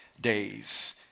days